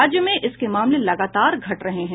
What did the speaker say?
राज्य में इसके मामले लगातार घट रहे हैं